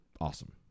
Awesome